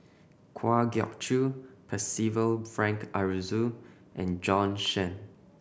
Kwa Geok Choo Percival Frank Aroozoo and Jorn Shen